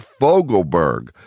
Fogelberg